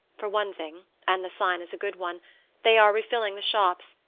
for one thing and the sign is a good one they are refilling the shops,